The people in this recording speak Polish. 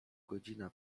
godzina